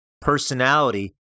personality